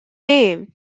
name